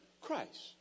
Christ